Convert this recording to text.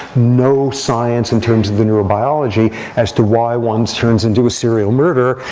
no science in terms of the neurobiology as to why one turns into a serial murder,